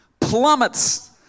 plummets